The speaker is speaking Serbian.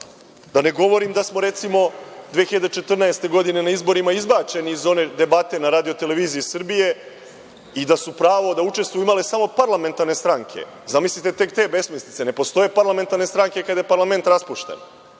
Da ne govorim da smo, recimo, 2014. godine na izborima izbačeni iz one debate na RTS i da su pravo da učestvuju imali samo parlamentarne stranke. Zamislite, tek te besmislice. Ne postoje parlamentarne stranke kada je parlament raspušten.